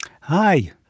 Hi